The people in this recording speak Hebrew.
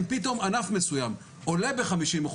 אם פתאום ענף מסוים עולה ב-50%,